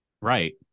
Right